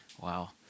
Wow